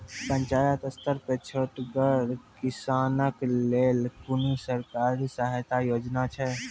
पंचायत स्तर पर छोटगर किसानक लेल कुनू सरकारी सहायता योजना छै?